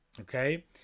Okay